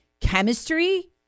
chemistry